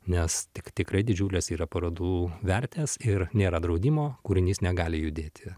nes tik tikrai didžiulės yra parodų vertės ir nėra draudimo kūrinys negali judėti